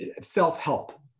self-help